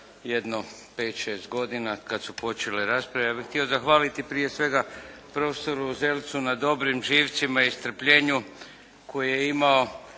Jedno 5, 6 godina kad su počele rasprave. Ja bih htio zahvaliti prije svega prof. Uzelcu na dobrim živcima i strpljenju koje je imao